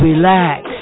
Relax